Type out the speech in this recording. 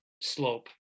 slope